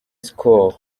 skol